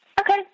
Okay